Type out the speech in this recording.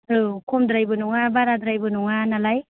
औ खमद्रायबो नङा बाराद्रायबो नङा नालाय